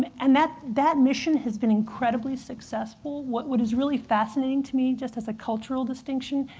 and that that mission has been incredibly successful. what what is really fascinating to me, just as a cultural distinction,